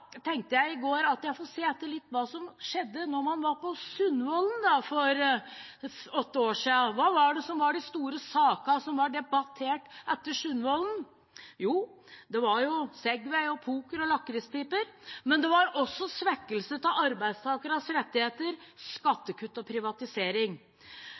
tenkte jeg i går at jeg får se litt etter hva som skjedde da man var på Sundvolden for åtte år siden. Hva var de store sakene som ble debattert etter Sundvolden? Jo, det var segway og poker og lakrispiper, men det var også svekkelse av arbeidstakernes rettigheter,